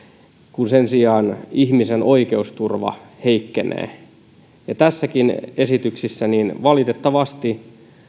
kun sen sijaan ihmisen oikeusturva heikkenee tässäkin esityksessä valitettavasti